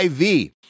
IV